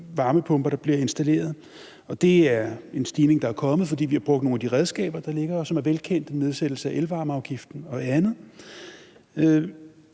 varmepumper, der bliver installeret, og det er en stigning, der er kommet, fordi vi har brugt nogle af de redskaber, der ligger, og som er velkendte, som en nedsættelse af elvarmeafgiften og andet.